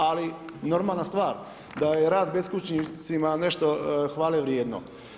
Ali normalna stvar da je rad beskućnicima nešto hvale vrijedno.